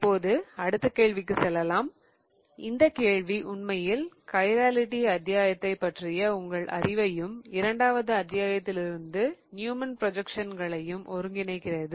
இப்போது அடுத்த கேள்விக்கு செல்லலாம் இந்த கேள்வி உண்மையில் கைராலிட்டி அத்தியாயத்தை பற்றிய உங்கள் அறிவையும் இரண்டாவது அத்தியாயத்திலிருந்து நியூமன் ப்ரொஜக்ஸன்களையும் ஒருங்கிணைக்கிறது